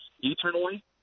Eternally